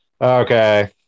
Okay